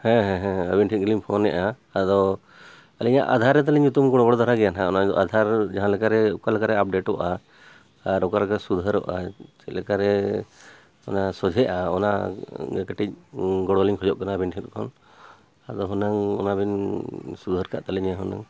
ᱦᱮᱸ ᱦᱮᱸ ᱦᱮᱸ ᱟᱵᱮᱱ ᱴᱷᱮᱡ ᱜᱮᱞᱤᱧ ᱯᱷᱳᱱ ᱮᱫᱟ ᱟᱫᱚ ᱟᱹᱞᱤᱧᱟᱜ ᱟᱫᱷᱟᱨ ᱨᱮ ᱛᱟᱞᱤᱧ ᱧᱩᱛᱩᱢ ᱠᱚ ᱫᱷᱟᱨᱟ ᱜᱮᱭᱟ ᱱᱟᱦᱟᱜ ᱚᱱᱟ ᱟᱫᱷᱟᱨ ᱡᱟᱦᱟᱸᱞᱮᱠᱟᱨᱮ ᱚᱠᱟᱞᱮᱠᱟᱨᱮ ᱟᱯᱰᱮᱴ ᱚᱜᱼᱟ ᱟᱨ ᱚᱠᱟ ᱞᱮᱠᱟ ᱥᱩᱫᱷᱟᱹᱨᱚᱜᱼᱟ ᱪᱮᱫᱞᱮᱠᱟ ᱨᱮ ᱚᱱᱟ ᱥᱚᱡᱷᱮᱼᱟ ᱚᱱᱟ ᱠᱟᱹᱴᱤᱡ ᱜᱚᱲᱚ ᱞᱤᱧ ᱠᱷᱚᱡᱚᱜ ᱠᱟᱱᱟ ᱟᱹᱵᱤᱱ ᱴᱷᱮᱡ ᱠᱷᱚᱱ ᱟᱫᱚ ᱦᱩᱱᱟᱹᱝ ᱚᱱᱟ ᱵᱤᱱ ᱥᱩᱫᱷᱟᱹᱨ ᱠᱟᱜ ᱛᱟᱹᱞᱤᱧᱟ ᱦᱩᱱᱟᱹᱝ